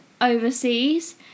overseas